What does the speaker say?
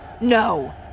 no